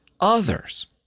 others